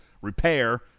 repair